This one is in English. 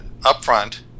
upfront